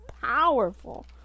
powerful